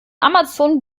amazon